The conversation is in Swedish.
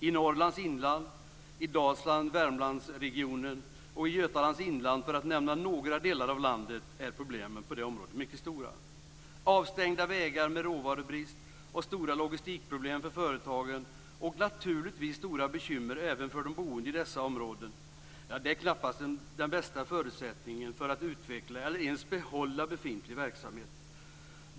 I Norrlands inland, i Dalsland-Värmland-regionen och i Götalands inland, för att nämna några delar av landet, är problemen på detta område mycket stora. Avstängda vägar, med råvarubrist och stora logistikproblem för företagen som följd - och naturligtvis stora bekymmer även för de boende i dessa områden - är knappast den bästa förutsättningen för att utveckla eller ens behålla befintlig verksamhet.